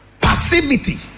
Passivity